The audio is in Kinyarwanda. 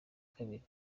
kabiri